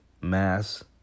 mass